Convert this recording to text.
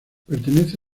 pertenece